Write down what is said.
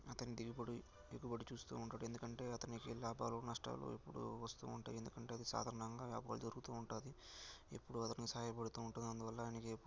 అతని దిగుబడి ఎగుబడి చూస్తూ ఉంటాడు ఎందుకంటే అతనికి లాభాలు నష్టాలు ఎప్పుడు వస్తూ ఉంటాయి ఎందుకంటే అది సాధారణంగా లాభాలు జరుగుతూ ఉంటుంది ఎప్పుడూ అతనికి సహాయపడుతూ ఉంటుంది అందువల్ల ఆయనకి ఎప్పుడూ